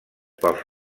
pels